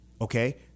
Okay